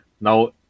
Now